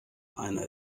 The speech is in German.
einer